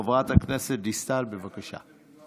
חברת הכנסת דיסטל, בבקשה.